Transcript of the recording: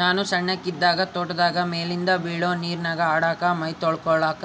ನಾನು ಸಣ್ಣಕಿ ಇದ್ದಾಗ ತೋಟದಾಗ ಮೇಲಿಂದ ಬೀಳೊ ನೀರಿನ್ಯಾಗ ಆಡಕ, ಮೈತೊಳಕಳಕ